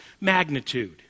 magnitude